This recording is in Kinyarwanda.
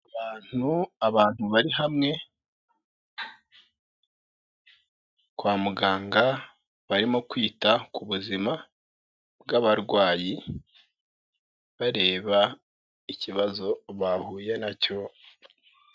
Abantu abantu bari hamwe kwa muganga barimo kwita ku buzima bw'abarwayi bareba ikibazo bahuye nacyo.